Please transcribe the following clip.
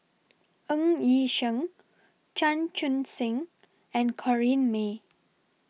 Ng Yi Sheng Chan Chun Sing and Corrinne May